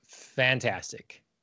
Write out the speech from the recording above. fantastic